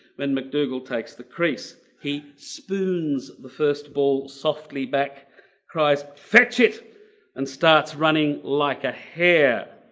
when mcdougal takes the crease. he spoons the first ball softly back cries fetch it and starts running like a hare.